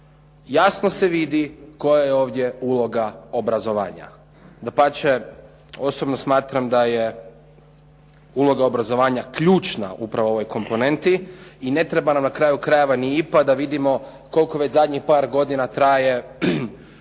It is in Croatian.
Jasno se vidi koja je ovdje uloga obrazovanja. Dapače, osobno smatram da je uloga obrazovanja ključna upravo u ovoj komponenti i ne treba nam na kraju krajeva ni IPA da vidimo koliko već zadnjih par godina traje ta